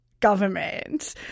government